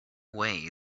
way